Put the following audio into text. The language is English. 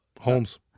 Holmes